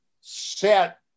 set